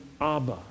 Abba